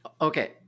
Okay